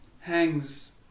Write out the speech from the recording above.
hangs